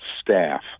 staff